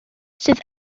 sydd